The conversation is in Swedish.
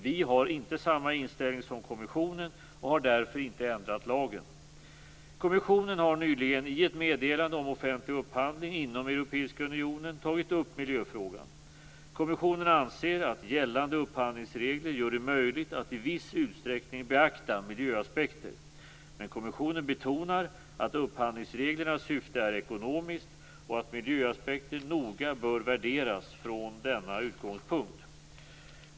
Vi har inte samma inställning som kommissionen och har därför inte ändrat lagen. Kommissionen har nyligen i ett meddelande om offentlig upphandling inom Europeiska unionen tagit upp miljöfrågan. Kommissionen anser att gällande upphandlingsregler gör det möjligt att i viss utsträckning beakta miljöaspekter. Men kommissionen betonar att upphandlingsreglernas syfte är ekonomiskt och att miljöaspekter noga bör värderas från denna utgångspunkt.